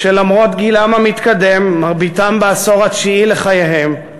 שלמרות גילם המתקדם, מרביתם בעשור התשיעי לחייהם,